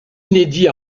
inédit